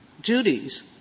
duties